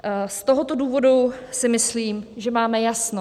Z tohoto důvodu si myslím, že máme jasno.